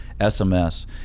SMS